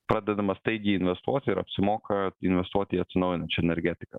pradedama staigiai investuoti ir apsimoka investuoti į atsinaujinančią energetiką